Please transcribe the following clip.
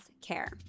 care